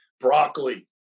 broccoli